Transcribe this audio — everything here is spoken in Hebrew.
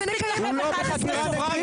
ארבל, הוא לא בחקירה נגדית.